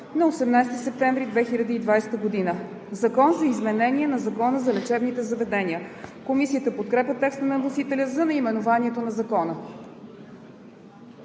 на 18 септември 2020 г.“ „Закон за изменение на Закона за лечебните заведения“.“ Комисията подкрепя текста на вносителя за наименованието на Закона.